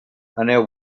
aneu